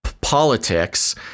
politics